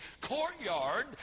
courtyard